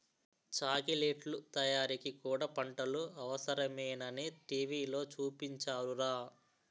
చాకిలెట్లు తయారీకి కూడా పంటలు అవసరమేనని టీ.వి లో చూపించారురా